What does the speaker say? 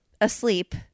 asleep